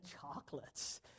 chocolates